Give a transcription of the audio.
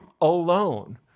alone